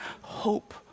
hope